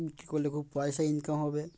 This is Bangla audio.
কি করলে খুব পয়সা ইনকাম হবে